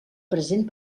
present